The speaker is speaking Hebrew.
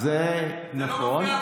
זה נכון,